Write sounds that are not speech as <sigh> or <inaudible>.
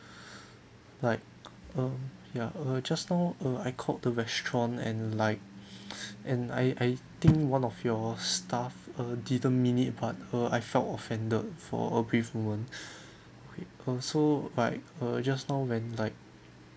<breath> like um ya uh just now uh I called the restaurant and like <breath> and I I think one of your staff uh didn't mean it but uh I felt offended for a brief moment <breath> okay uh so like uh just now when like